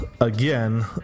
again